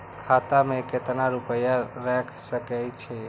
खाता में केतना रूपया रैख सके छी?